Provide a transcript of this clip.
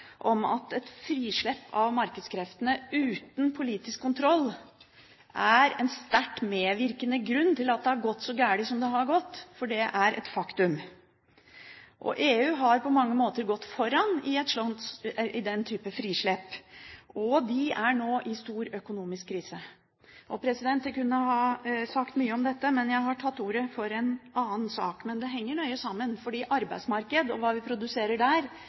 at et frislepp av markedskreftene uten politisk kontroll er en sterkt medvirkende grunn til at det har gått så galt som det har gått – for det er et faktum. EU har på mange måter gått foran i den type frislepp, og de er nå i stor økonomisk krise. Jeg kunne sagt mye om dette, men jeg har tatt ordet for en annen sak. Det henger nøye sammen, for arbeidsmarkedet og det vi produserer der,